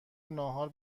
ناهار